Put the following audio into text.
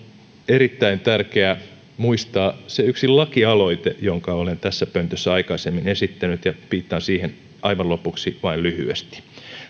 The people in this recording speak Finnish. erittäin tärkeää muistaa se yksi lakialoite jonka olen tässä pöntössä aikaisemmin esittänyt viittaan siihen aivan lopuksi vain lyhyesti